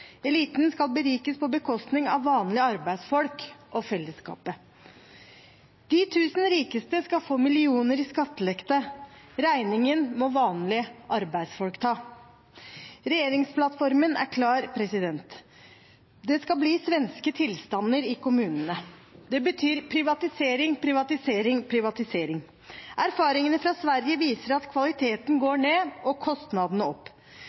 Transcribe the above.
Eliten skal berikes på bekostning av vanlige arbeidsfolk og fellesskapet. De 1 000 rikeste skal få millioner i skattelette. Regningen må vanlige arbeidsfolk ta. Regjeringsplattformen er klar. Det skal bli svenske tilstander i kommunene. Det betyr privatisering, privatisering, privatisering. Erfaringene fra Sverige viser at kvaliteten går ned og kostnadene opp.